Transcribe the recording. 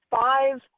five